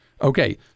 Okay